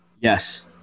Yes